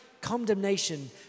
condemnation